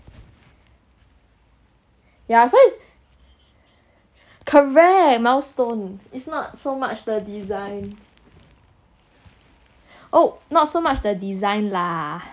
yeah so is correct milestone is not so much the design oh not so much the design lah